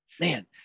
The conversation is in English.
man